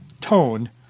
tone